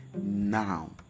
now